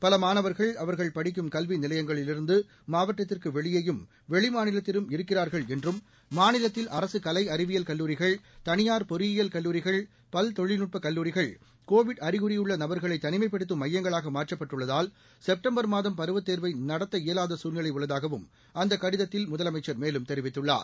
பலமாணவர்கள் அவர்கள் படிக்கும் கல்விநிலையங்களிலிருந்துமாவட்டத்திற்குவெளியேயும் வெளிமாநிலத்திலும் இருக்கிறார்கள் என்றும் மாநிலத்தில் அரசுகலை அறிவியல் கல்லூரிகள் தனியார் பொறியியல் கல்லூரிகள் பல்தொழில்நுட்பகல்லூரிகள் கோவிட் அறிகுறியுள்ளநபர்களைதனிமைப்படுத்தும் செப்டம்பர் மையங்களாகமாற்றப்பட்டுள்ளதால் மாதம் பருவத் தேர்வைநடத்த இயலாதசூழ்நிலைஉள்ளதாகஅந்தக் கடிதத்தில் முதலமைச்சர் மேலும் தெரிவித்துள்ளார்